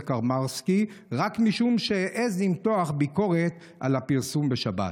קרמרסקי רק משום שהעז למתוח ביקורת על הפרסום בשבת.